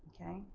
Okay